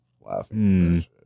laughing